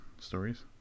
stories